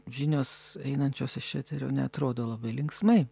žinios einančios iš eterio neatrodo labai linksmai